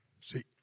See